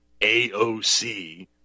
AOC